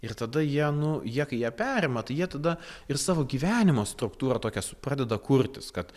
ir tada jie nu jie kai jie perima tai jie tada ir savo gyvenimo struktūrą tokią pradeda kurtis kad